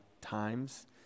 times